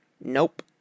Nope